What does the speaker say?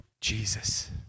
Jesus